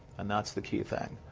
and that's the key thing.